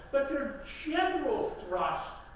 but their general thrust,